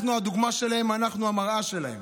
אנחנו הדוגמה שלהם, אנחנו המראה שלהם.